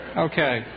Okay